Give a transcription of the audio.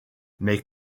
mais